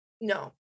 No